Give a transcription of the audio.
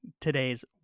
today's